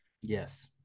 Yes